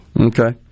Okay